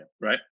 right